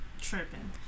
Tripping